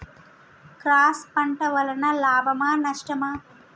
Cross పంట వలన లాభమా నష్టమా?